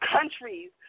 countries